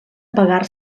apagar